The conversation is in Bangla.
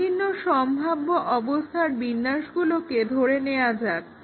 বিভিন্ন সম্ভাব্য অবস্থার বিন্যাসগুলোকে ধরে নেওয়া যাক